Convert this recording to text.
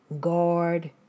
guard